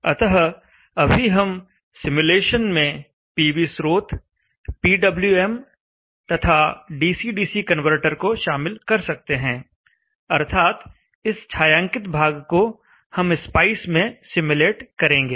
अतः अभी हम सिमुलेशन में पीवी स्रोत पीडब्ल्यूएम तथा डीसी डीसी कनवर्टर को शामिल कर सकते हैं अर्थात इस छायांकित भाग को हम स्पाइस में सिम्युलेट करेंगे